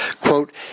quote